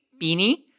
beanie